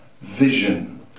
vision